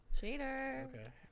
Cheater